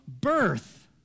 birth